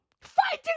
Fighting